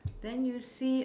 then you see